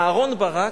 אהרן ברק,